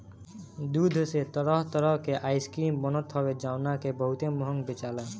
दूध से तरह तरह के आइसक्रीम बनत हवे जवना के बहुते महंग बेचाला